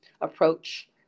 approach